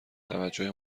توجه